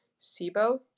SIBO